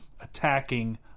attacking